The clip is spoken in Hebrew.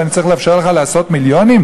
אני צריך לאפשר לך לעשות מיליונים?